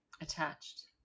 attached